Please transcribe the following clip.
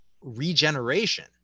regeneration